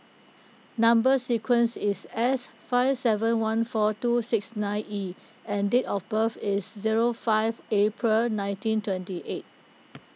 Number Sequence is S five seven one four two six nine E and date of birth is zero five April nineteen twenty eight